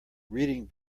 reading